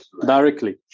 directly